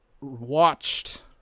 watched